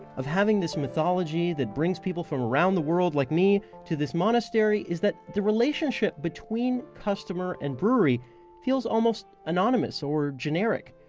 of having this mythology that brings people from around the world like me to this monastery, is that the relationship between customer and brewery feels almost anonymous or generic.